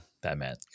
batman